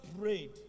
prayed